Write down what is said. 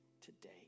today